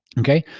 okay.